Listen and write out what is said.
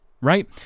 right